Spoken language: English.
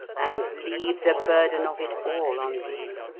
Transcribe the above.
and leave the burden of it all on thee.